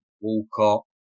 Walcott